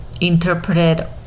interpreted